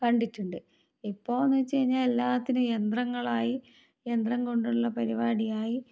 കണ്ടിട്ടുണ്ട് ഇപ്പോഴെന്നു വെച്ച് കഴിഞ്ഞാൽ എല്ലാത്തിനും യന്ത്രങ്ങളായി യന്ത്രം കൊണ്ടുള്ള പരിപാടി ആയി